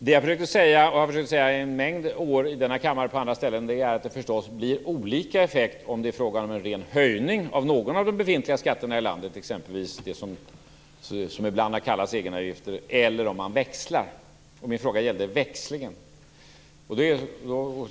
Det jag försökte säga, och har försökt säga i en mängd år i denna kammare och på andra ställen, är att det förstås blir olika effekt om det är fråga om en ren höjning av någon av de befintliga skatterna i landet, exempelvis det som ibland har kallats egenavgifter, eller om man växlar. Min fråga gällde växlingen.